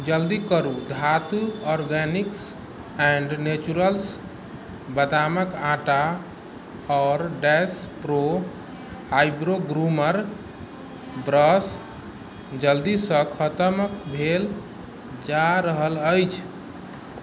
जल्दी करू Dhatu organics and naturals बदामक आटा आओर dash pro eyebrow groomer brush जल्दीसँ खतम भेल जा रहल अछि